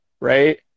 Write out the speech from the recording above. Right